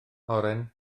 oren